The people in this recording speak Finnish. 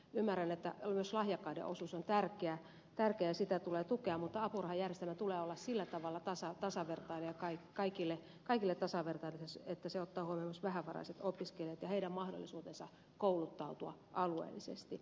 ymmärrän että myös lahjakkaiden osuus on tärkeä ja sitä tulee tukea mutta apurahajärjestelmän tulee olla sillä tavalla kaikille tasavertainen että se ottaa huomioon myös vähävaraiset opiskelijat ja heidän mahdollisuutensa kouluttautua alueellisesti